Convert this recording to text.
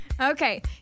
Okay